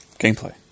gameplay